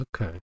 okay